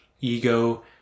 ego